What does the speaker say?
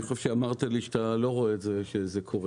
אני חושב שאתה אמרת לי אז שאתה לא רואה שזה קורה,